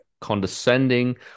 condescending